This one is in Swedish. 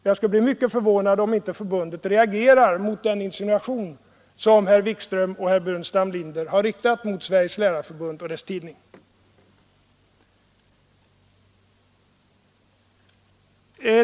Jag skulle bli mycket förvånad om inte förbundet reagerar mot den insinuation som herrar Wikström och Burenstam Linder har riktat mot Sveriges lärarförbund och dess tidning.